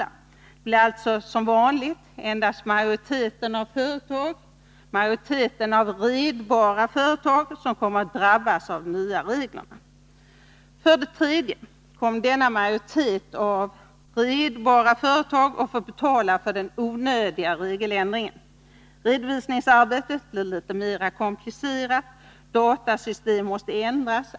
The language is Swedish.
Det blir alltså, som vanligt, endast majoriteten av företagen —- majoriteten av de redbara företagen — som kommer att drabbas av de nya reglerna. För det tredje kommer denna majoritet av redbara företag att få betala för den onödiga regeländringen. Redovisningsarbetet blir litet mera komplicerat. Datasystem måste ändras.